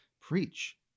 preach